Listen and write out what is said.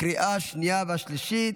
לקריאה השנייה והשלישית.